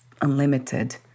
unlimited